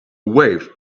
wave